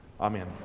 Amen